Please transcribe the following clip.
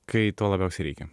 kai to labiausiai reikia